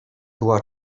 była